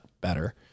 better